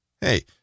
Hey